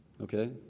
okay